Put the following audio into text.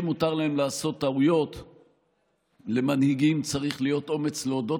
בסוף צריך לישון עם עצמך.